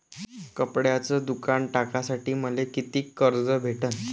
कपड्याचं दुकान टाकासाठी मले कितीक कर्ज भेटन?